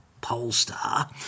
Polestar